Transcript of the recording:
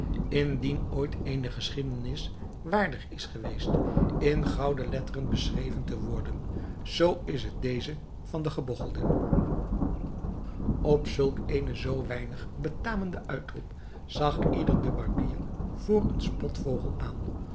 indien ooit eene geschiedenis waardig is geweest in gouden letteren beschreven te worden zoo is het deze van den gebogchelde op zulk eenen zoo weinig betamenden uitroep zag ieder den barbier voor een spotvogel aan